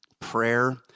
prayer